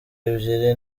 ebyiri